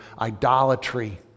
idolatry